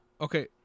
Okay